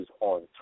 on